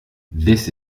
this